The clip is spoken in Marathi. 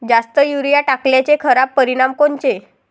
जास्त युरीया टाकल्याचे खराब परिनाम कोनचे?